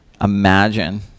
imagine